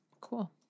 Cool